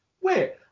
wait